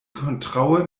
kontraŭe